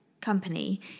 company